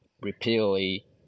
repeatedly